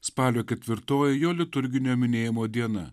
spalio ketvirtoji jo liturginio minėjimo diena